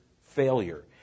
failure